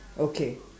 okay